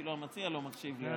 אפילו המציע לא מקשיב לי.